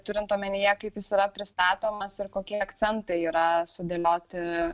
turint omenyje kaip jis yra pristatomas ir kokie akcentai yra sudėlioti